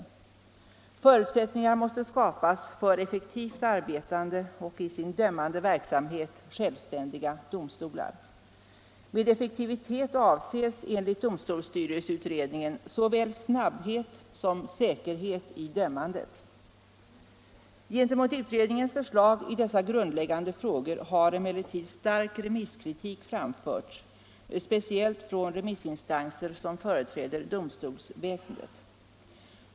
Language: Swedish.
Förutsättningar måste skapas för effektivt arbetande och i sin dömande verksamhet självständiga domstolar. Med effektivitet avses enligt domstolsstyrelseutredningen såväl snabbhet som säkerhet i dömandet. Gentemot utredningens förslag i dessa grundläggande frågor har emellertid stark remisskritik framförts, speciellt från remissinstanser som företräder domstolsväsendet.